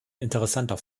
interessanter